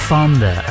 Fonda